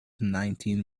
nineteen